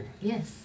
Yes